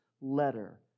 letter